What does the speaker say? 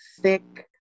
thick